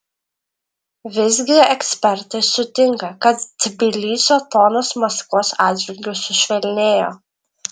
visgi ekspertai sutinka kad tbilisio tonas maskvos atžvilgiu sušvelnėjo